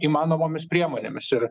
įmanomomis priemonėmis ir